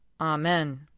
Amen